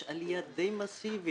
יש עלייה די מסיבית,